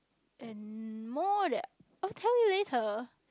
and more that I will tell you later